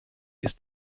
ist